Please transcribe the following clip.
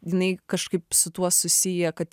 jinai kažkaip su tuo susiję kad